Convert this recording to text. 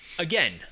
Again